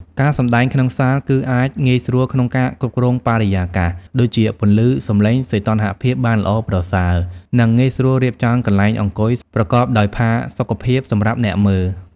ការសម្តែងក្នុងសាលគឺអាចងាយស្រួលក្នុងការគ្រប់គ្រងបរិយាកាស ដូចជាពន្លឺ សម្លេង សីតុណ្ហភាព បានល្អប្រសើរ និងងាយស្រួលរៀបចំកន្លែងអង្គុយប្រកបដោយផាសុកភាពសម្រាប់អ្នកមើល។